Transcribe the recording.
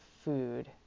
food